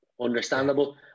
understandable